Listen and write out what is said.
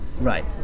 Right